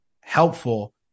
helpful